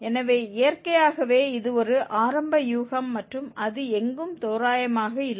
எனவே இயற்கையாகவே இது ஒரு ஆரம்ப யூகம் மற்றும் அது எங்கும் தோராயமாக இல்லை